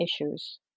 issues